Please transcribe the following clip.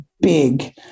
big